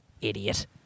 idiot